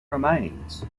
remains